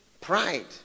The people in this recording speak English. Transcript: pride